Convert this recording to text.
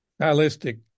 Stylistic